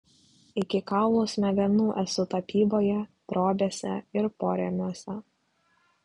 iki kaulų smegenų esu tapyboje drobėse ir porėmiuose